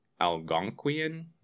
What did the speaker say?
Algonquian